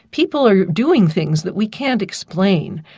people are doing things that we can't explain,